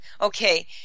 Okay